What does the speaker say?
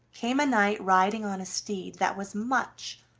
came a knight riding on a steed that was much,